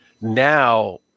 now